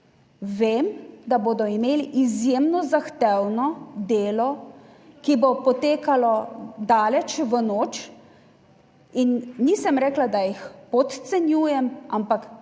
vem, da bodo imeli izjemno zahtevno delo, ki bo potekalo daleč v noč in nisem rekla, da jih podcenjujem, ampak